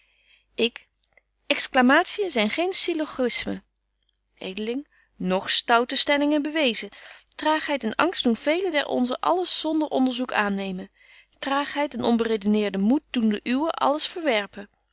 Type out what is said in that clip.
ik exclamatiën zyn geen syllogismen edeling noch stoute stellingen bewyzen traagheid en angst doen velen der onzen alles zonder onderzoek aannemen traagheid en onberedeneerde moed doen de uwen alles verwerpen